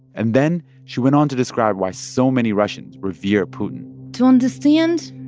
and then she went on to describe why so many russians revere putin to understand